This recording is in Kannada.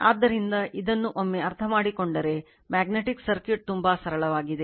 ಆದ್ದರಿಂದ ಇದನ್ನು ಒಮ್ಮೆ ಅರ್ಥಮಾಡಿಕೊಂಡರೆ ಮ್ಯಾಗ್ನೆಟಿಕ್ ಸರ್ಕ್ಯೂಟ್ ತುಂಬಾ ಸರಳವಾಗಿದೆ